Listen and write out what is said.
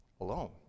alone